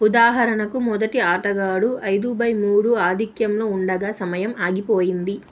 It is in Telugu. ఉదాహరణకు మొదటి ఆటగాడు ఐదు బై మూడు ఆధిక్యంలో ఉండగా సమయం ఆగిపోయింది